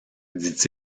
dit